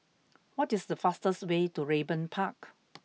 what is the fastest way to Raeburn Park